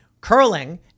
curling